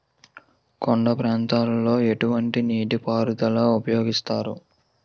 కొండ ప్రాంతాల్లో ఎటువంటి నీటి పారుదల ఉపయోగిస్తారు?